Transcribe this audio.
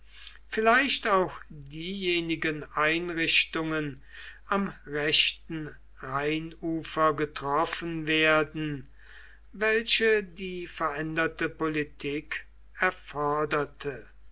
vielleicht auch diejenigen einrichtungen am rechten rheinufer getroffen werden welche die veränderte politik erforderte